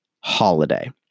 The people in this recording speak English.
holiday